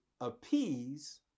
appease